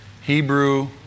Hebrew